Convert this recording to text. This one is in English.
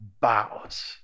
bows